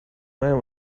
man